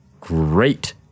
great